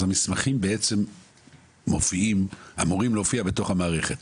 אז המסמכים בעצם אמורים להופיע בתוך המערכת,